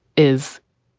is.